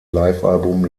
livealbum